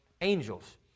angels